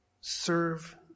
serve